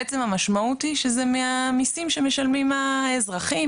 בעצם המשמעות היא שזה מהמיסים שמשלמים האזרחים,